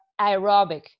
aerobic